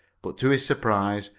but, to his surprise,